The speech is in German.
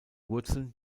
wurzeln